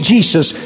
Jesus